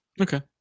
Okay